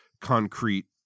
concrete